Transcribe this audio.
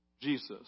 Jesus